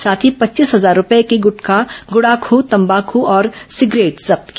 साथ ही पच्चीस हजार रूपए की गुटखा गुड़ाखू तम्बाकू और सिगरेट जब्त किया